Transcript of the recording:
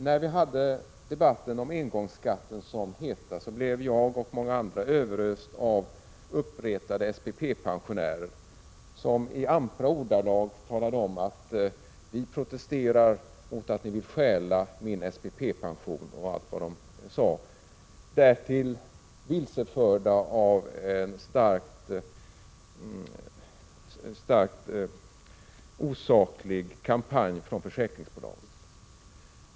När debatten om engångsskatten var som hetast blev jag och många andra överösta av uppretade SPP-pensionärer som i ampra ordalag talade om att ”vi protesterar mot att ni vill stjäla min SPP-pension” m.m., därtill vilseförda av en starkt osaklig kampanj från försäkringsbolagen.